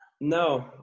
No